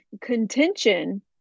contention